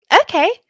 Okay